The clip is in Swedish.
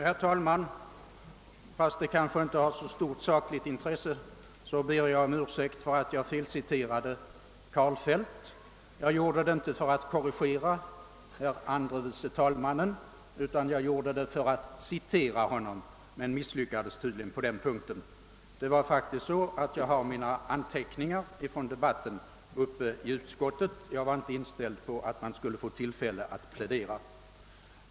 Herr talman! Trots att det väl inte har så stort sakligt intresse ber jag ändå om ursäkt för att jag felciterade Karlfeldt. Jag gjorde det inte för att korrigera herr andre vice talmannen utan för att citera honom, men jag misslyckades tydligen med det, vilket berodde på att jag har mina anteckningar från debatten uppe i utskottet och inte var inställd på att man här skulle få tillfälle att plädera.